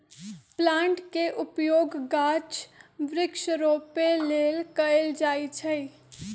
plant के उपयोग गाछ वृक्ष रोपे लेल कएल जाइ छइ